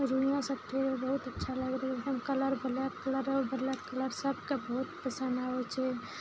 सब ठीक बहुत अच्छा लगै छै एकदम colour black colour black colour सबके बहुत पसन्द आबै छै